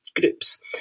groups